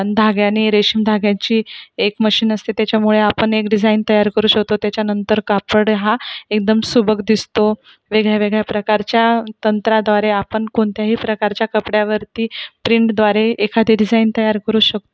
धाग्याने रेशीम धाग्यांची एक मशीन असते त्याच्यामुळे आपण एक डिझाईन तयार करू शकतो त्याच्यानंतर कापड हा एकदम सुबक दिसतो वेगळ्यावेगळ्या प्रकारच्या तंत्राद्वारे आपण कोणत्याही प्रकारच्या कपड्यावरती प्रिंटद्वारे एखादी डिझाईन तयार करू शकतो